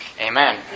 Amen